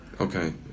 okay